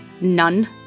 None